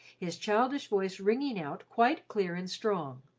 his childish voice ringing out quite clear and strong.